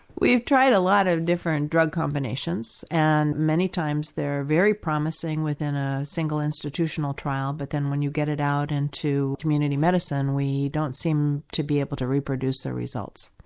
we've tried a lot of different drug combinations and many times they are very promising within a single institutional trial, but then when you get it out into community medicine we don't seem to be able to reproduce the ah results.